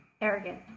arrogant